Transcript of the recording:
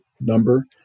number